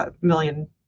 million